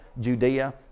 Judea